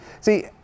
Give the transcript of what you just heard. See